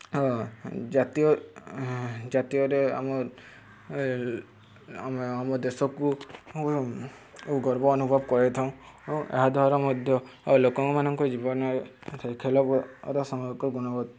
ଜାତୀୟ ଜାତୀୟରେ ଆମ ଆମ ଆମ ଦେଶକୁ ଗର୍ବ ଅନୁଭବ କରାଇଥାଉ ଓ ଏହା ଦ୍ଵାରା ମଧ୍ୟ ଲୋକମାନଙ୍କ ଜୀବନ ଖେଳର ସାମୁହିକ ଗୁଣବତ୍ତା